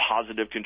positive